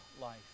life